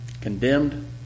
condemned